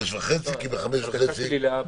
שלגבי החיוניות זה יכול להשתנות בהתאם לצורך,